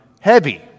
heavy